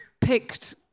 picked